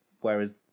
whereas